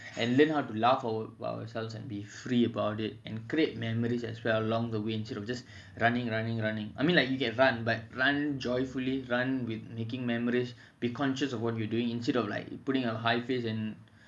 and learn how to laugh about ourselves and be free about it and create memories as well along the way instead of just running running I mean like you can run but run joyfully run while making memories be conscious of what you are doing instead of like pulling a high face and